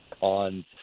on